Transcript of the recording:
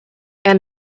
and